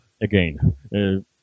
again